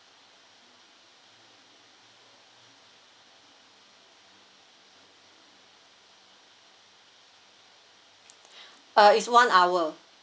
uh is one hour